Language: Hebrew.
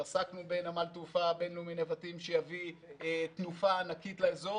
עסקנו בנמל התעופה הבין-לאומי נבטים שיביא תנופה ענקית לאזור.